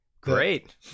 Great